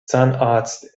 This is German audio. zahnarzt